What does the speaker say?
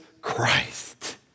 Christ